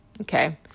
Okay